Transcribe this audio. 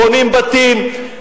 בונים בתים,